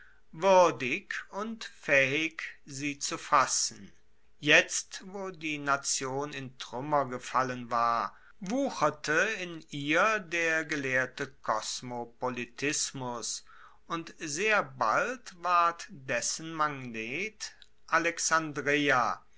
und faehig sie zu fassen jetzt wo die nation in truemmer gefallen war wucherte in ihr der gelehrte kosmopolitismus und sehr bald ward dessen magnet alexandreia